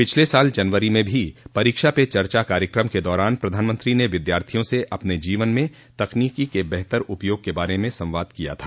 पिछले साल जनवरी म भी परीक्षा पे चर्चा कार्यक्रम के दौरान प्रधानमंत्री ने विद्यार्थियों से अपने जीवन में तकनीकी के बेहतर उपयोग के बारे में संवाद किया था